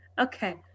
Okay